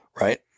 right